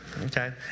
Okay